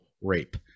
rape